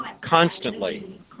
constantly